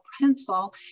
pencil